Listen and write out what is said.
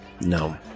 No